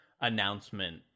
announcement